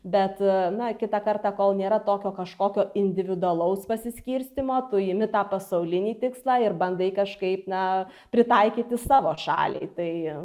bet a na kitą kartą kol nėra tokio kažkokio individualaus pasiskirstymo tu imi tą pasaulinį tikslą ir bandai kažkaip na pritaikyti savo šaliai tai